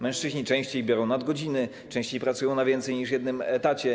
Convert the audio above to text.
Mężczyźni częściej biorą nadgodziny, częściej pracują na więcej niż jednym etacie.